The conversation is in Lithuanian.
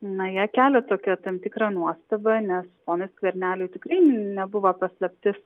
na jie kelia tokią tam tikrą nuostabą nes ponui skverneliui tikrai nebuvo paslaptis